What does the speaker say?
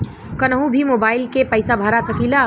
कन्हू भी मोबाइल के पैसा भरा सकीला?